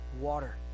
water